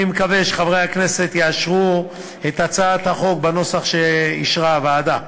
אני מקווה שחברי הכנסת יאשרו את הצעת החוק בנוסח שאישרה הוועדה.